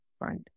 right